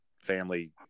family